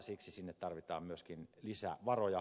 siksi sinne tarvitaan myöskin lisävaroja